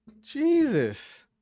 Jesus